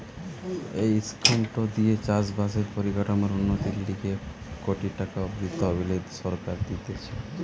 এই স্কিমটো দিয়ে চাষ বাসের পরিকাঠামোর উন্নতির লিগে এক কোটি টাকা অব্দি তহবিল সরকার দিতেছে